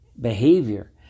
behavior